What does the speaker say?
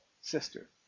sister